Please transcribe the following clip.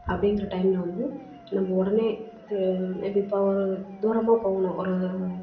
அப்படிங்கிற டைமில் வந்து நம்ம உடனே மேபி இப்போ ஒரு தூரமாக போகணும் ஒரு